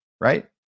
right